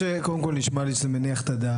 קודם כל, זה נשמע לי שזה מניח את הדעת.